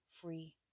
free